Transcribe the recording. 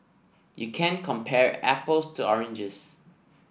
you can't compare apples to oranges